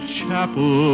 chapel